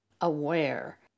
aware